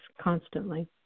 constantly